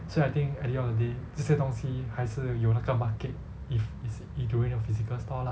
所以 I think at the end of the day 这些东西还是有那个 market if in doing a physical store lah